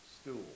stool